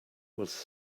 was